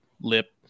lip